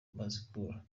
bazikura